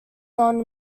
non